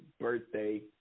birthday